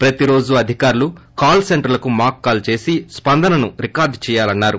పతిరోజు అధికారులు కాల్ సెంటర్లకు mock call చేసి స్పందనను రికార్డు చేయాలని అన్నారు